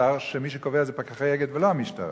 שהודיע שאין לו עכשיו תעודת זהות בגלל שהוא בבגדי שבת ונכנסת שבת,